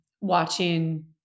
watching